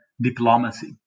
diplomacy